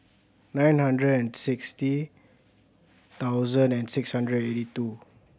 nine hundred and sixty thousand and six hundred eighty two